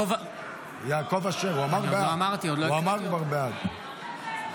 יעקב אשר, הוא אמר "בעד".